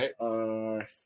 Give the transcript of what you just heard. right